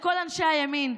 לכל אנשי הימין,